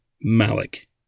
Malik